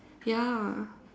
ya